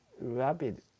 rapid